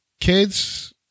kids